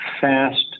fast